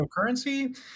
cryptocurrency